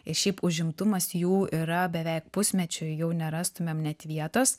ir šiaip užimtumas jų yra beveik pusmečiui jau nerastumėm net vietos